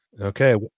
Okay